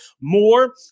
more